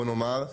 בואו נאמר,